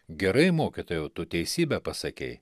gerai mokytojau tu teisybę pasakei